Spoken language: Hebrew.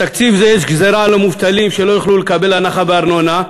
בתקציב זה יש גזירה על המובטלים שלא יוכלו לקבל הנחה בארנונה.